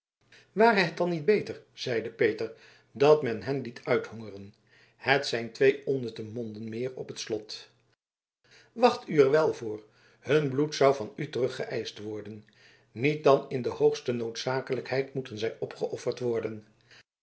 ware het dan niet beter zeide peter dat men hen liet uithongeren het zijn twee onnutte monden meer op het slot wacht er u wel voor hun bloed zou van u teruggeëischt worden niet dan in de hoogste noodzakelijkheid moeten zij opgeofferd worden